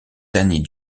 danny